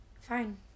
Fine